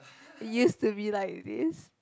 used to be like this